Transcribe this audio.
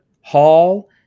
Hall